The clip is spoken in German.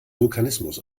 vulkanismus